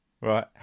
right